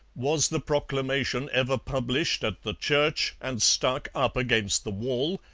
was the proclamation ever published at the church and stuck up against the wall,